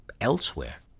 elsewhere